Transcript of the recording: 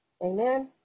Amen